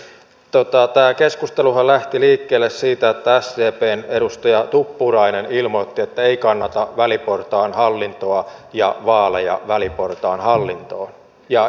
tämä keskusteluhan lähti liikkeelle siitä että sdpn edustaja tuppurainen ilmoitti että ei kannata väliportaan hallintoa ja vaaleja väliportaan hallintoon